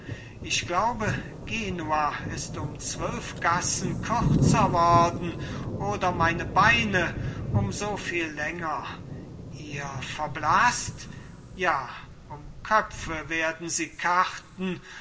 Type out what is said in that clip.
ich glaube genua ist um zwölf gassen kürzer worden oder meine beine um soviel länger ihr verblaßt ja um köpfe werden sie karten